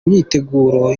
myiteguro